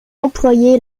employé